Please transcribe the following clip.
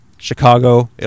Chicago